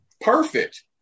Perfect